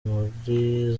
muri